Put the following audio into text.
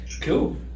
Cool